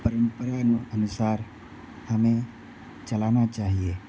परंपरा अनुसार हमें चलाना चाहिए